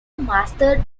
mastered